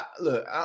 look